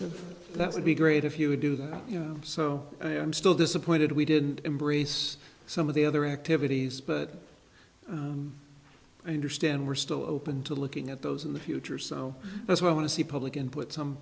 of that would be great if you would do that you know so i am still disappointed we didn't embrace some of the other activities but i understand we're still open to looking at those in the future so that's why i want to see public input some